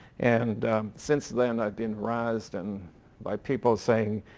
and since then i've been razzed and by people saying,